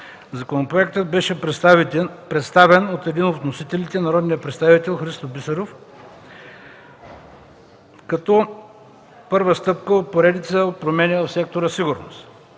Законопроектът беше представен от един от вносителите – народният представител Христо Бисеров, като първа стъпка от поредицата от промени в сектор „Сигурност”.